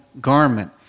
garment